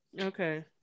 Okay